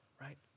right